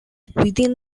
within